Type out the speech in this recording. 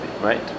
right